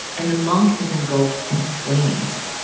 and the monk is engulfed in flames.